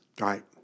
right